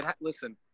Listen